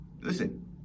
Listen